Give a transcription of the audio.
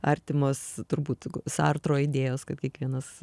artimos turbūt sartro idėjos kad kiekvienas